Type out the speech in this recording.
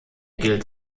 gilt